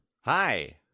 hi